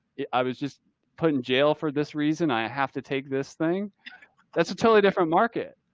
yeah, i was just put in jail for this reason. i have to take this thing that's a totally different market.